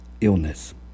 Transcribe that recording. illness